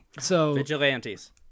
Vigilantes